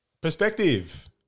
Perspective